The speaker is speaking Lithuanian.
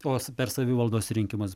vos per savivaldos rinkimus